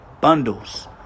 bundles